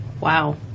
Wow